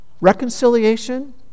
reconciliation